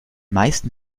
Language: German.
meisten